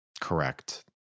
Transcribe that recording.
Correct